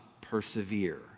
persevere